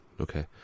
Okay